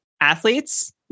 athletes